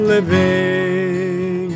Living